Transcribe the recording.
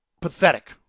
Pathetic